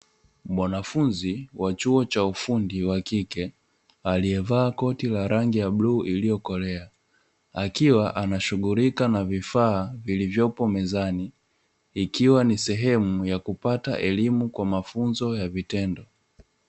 Mwanafunzi wa chuo cha ufundi wa kike aliyevaa koti la rangi ya luu iliyokolea, akiwa anashughulika na vifaa vilivyopo mezani ikiwa ni sehemu ya kupata elimu kwa mafunzo ya vitendo.